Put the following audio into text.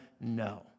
no